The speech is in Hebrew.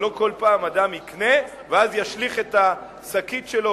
שלא כל פעם אדם יקנה ואז ישליך את השקית שלו,